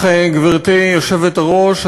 גברתי היושבת-ראש,